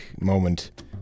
moment